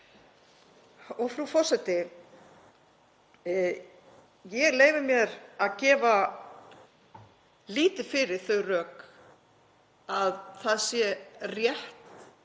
Frú forseti. Ég leyfi mér að gefa lítið fyrir þau rök að það sé rétt